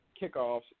kickoffs